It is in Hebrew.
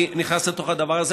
אני נכנס לתוך הדבר הזה.